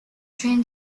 train